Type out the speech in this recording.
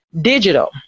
Digital